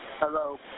Hello